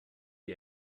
die